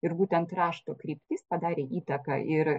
ir būtent rašto kryptis padarė įtaką ir